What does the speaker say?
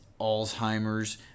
Alzheimer's